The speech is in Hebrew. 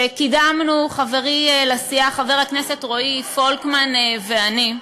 שחברי לסיעה חבר הכנסת רועי פולקמן ואני קידמנו.